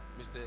Mr